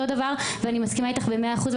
אני מסכימה איתך במאה אחוז,